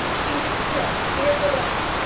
he was still in fearful doubt.